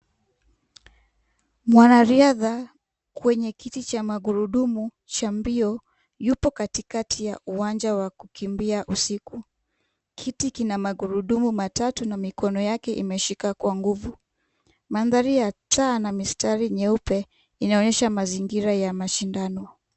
Mwanariadha kwenye kiti cha magurudumu cha mbio, yupo katikati ya uwanja wa kukimbia usiku. Kiti ina magurudumu matatu na mikono yake imeshika kwa nguvu. Mandhari ya taa na mistari nyeupe inaonesha mazingira ya mashindano.